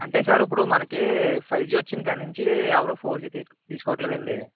అంటే సార్ ఇప్పుడు మనకి ఫైవ్ జీ వచ్చిన కాడ నుంచి ఎవరు ఫోర్ జీ తీ తీసుకోవట్లేదు అండి